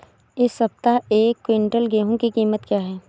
इस सप्ताह एक क्विंटल गेहूँ की कीमत क्या है?